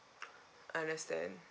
understand